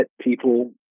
people